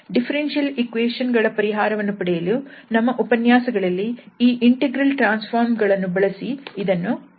differential equation ಗಳ ಪರಿಹಾರವನ್ನು ಪಡೆಯಲು ನಮ್ಮ ಉಪನ್ಯಾಸಗಳಲ್ಲಿ ಈ ಇಂಟೆಗ್ರಲ್ ಟ್ರಾನ್ಸ್ ಫಾರ್ಮ್ ಗಳನ್ನು ಬಳಸಿ ಇದನ್ನು ಪ್ರಮಾಣೀಕರಿತ್ತೇವೆ